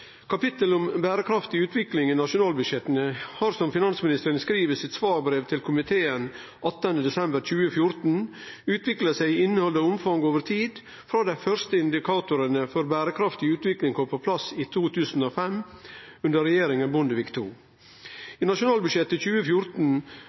Kapittel om berekraftig utvikling i nasjonalbudsjetta har, som finansministeren skriv i sitt svarbrev til komiteen 18. desember 2014, utvikla seg i innhald og omfang over tid, frå dei første indikatorane for berekraftig utvikling kom på plass i 2005 under regjeringa Bondevik